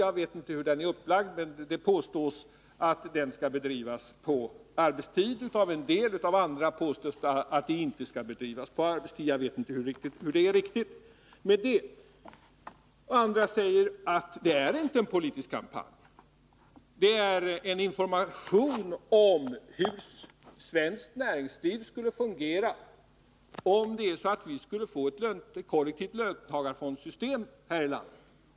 Jag vet inte hur den är upplagd, men det påstås av en del att den skall bedrivas på arbetstid, och av en del påstås det att den inte skall bedrivas på arbetstid. Jag vet alltså inte riktigt hur det är med detta. Andra säger att det inte är en politisk kampanj, att det är en information om hur svenskt näringsliv skulle fungera om vi skulle få ett system med kollektiva löntagarfonder här i landet.